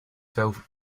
felt